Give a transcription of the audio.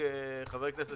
חבר הכנסת